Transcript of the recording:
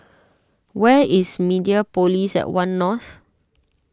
where is Mediapolis at one North